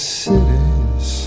cities